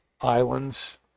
islands